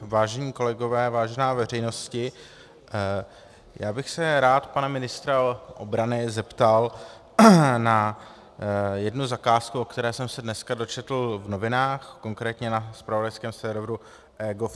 Vážení kolegové, vážená veřejnosti, já bych se rád pana ministra obrany zeptal na jednu zakázku, o které jsem se dneska dočetl v novinách, konkrétně na zpravodajském serveru eGov.cz